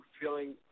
feeling